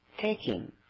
taking